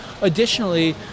additionally